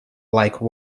like